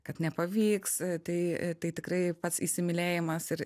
kad nepavyks tai tai tikrai pats įsimylėjimas ir